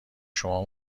شما